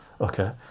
okay